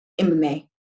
MMA